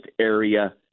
area